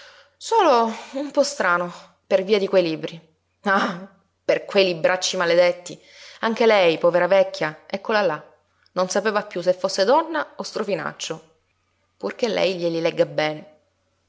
solo un po strano per via di quei libri ah per quei libracci maledetti anche lei povera vecchia eccola là non sapeva piú se fosse donna o strofinaccio purché lei glieli legga bene